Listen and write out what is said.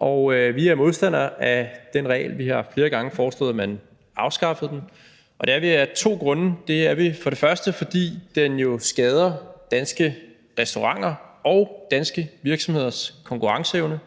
og vi er modstandere af den regel. Vi har flere gange foreslået, at man afskaffede den. Vi er modstandere af den af to grunde. Det er vi, for det første fordi den jo skader danske restauranter og danske virksomheders konkurrenceevne